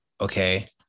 Okay